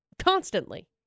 Constantly